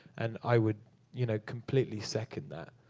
and i would you know completely second that.